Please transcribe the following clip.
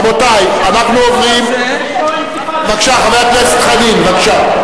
רבותי, אנחנו עוברים חבר הכנסת חנין, בבקשה,